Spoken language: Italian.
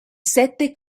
sette